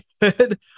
good